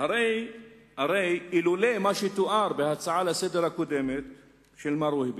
אילולא מה שתואר בהצעה הקודמת לסדר-היום,